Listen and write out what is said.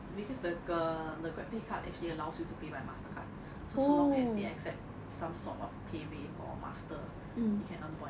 because like the the grab pay card actually allows you to pay by mastercard so so long as they accept some sort of paywave or master you can earn point